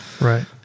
Right